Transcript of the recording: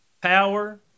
power